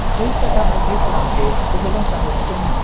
please check out my patreon page through the link on your screen,